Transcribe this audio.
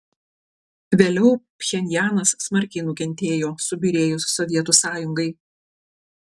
vėliau pchenjanas smarkiai nukentėjo subyrėjus sovietų sąjungai